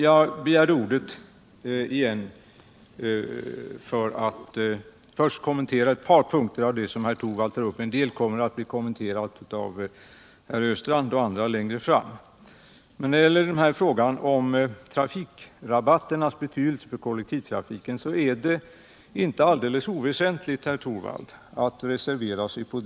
Jag begärde ordet igen för att först kommentera ett par av de punkter som herr Torwald tog upp. En del andra kommer att bli kommenterade av herr Östrand m.fl. längre fram. När det gäller frågan om trafikrabatternas betydelse för kollektivtrafiken är det inte alldeles oväsentligt, herr Torwald, att reservera sig på den punkten.